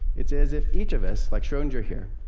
it's as if each of us, like schrodinger here,